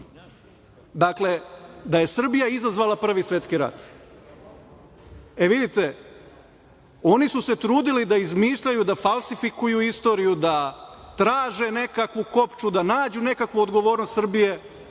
Dakle, da je Srbija izazvala Prvi svetski rat. Vidite, oni su se trudili da izmišljaju, da falsifikuju istoriju, da traže nekakvu kopču, da nađu nekakvu odgovornost Srbije